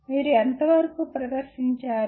మీరు ఎంతవరకు ప్రదర్శించారు